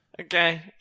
Okay